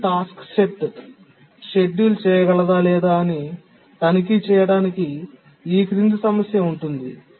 కింది task set schedule చేయగలదా లేదా అని తనిఖీ చేయడానికి ఈ క్రింది సమస్య ఉంటుంది